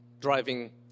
driving